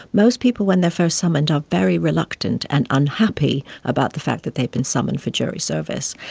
most people when they're first summoned are very reluctant and unhappy about the fact that they've been summoned for jury service.